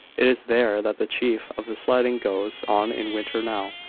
it is there that the chief of the sliding goes on in winter now,